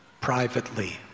privately